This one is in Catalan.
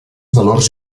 valors